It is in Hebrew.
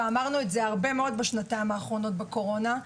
ואמרנו את זה הרבה מאוד בשנתיים האחרונות בתקופת הקורונה.